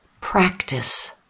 Practice